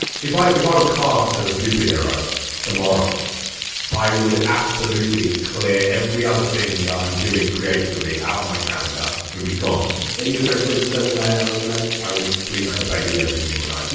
if i if i would cost as a superhero tomorrow i would absolutely clear every other thing that i'm doing creatively out of my calendar. it'll be gone and you start sleeping seven to nine hours a night. i would sleep like a baby every single night.